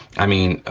i mean